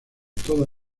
toda